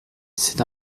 c’est